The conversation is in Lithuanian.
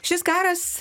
šis karas